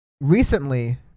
recently